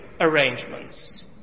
Arrangements